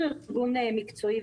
אנחנו ארגון מקצועי,